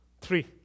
Three